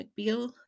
McBeal